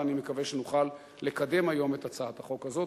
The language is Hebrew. ואני מקווה שנוכל לקדם היום את הצעת החוק הזאת.